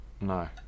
No